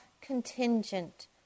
contingent